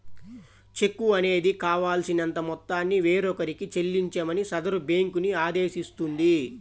చెక్కు అనేది కావాల్సినంత మొత్తాన్ని వేరొకరికి చెల్లించమని సదరు బ్యేంకుని ఆదేశిస్తుంది